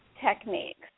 techniques